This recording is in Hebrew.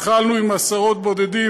התחלנו עם עשרות בודדות,